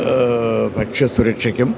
ഭക്ഷ്യ സുരക്ഷയ്ക്കും